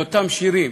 מאותם שירים.